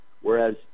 Whereas